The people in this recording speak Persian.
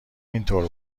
اینطور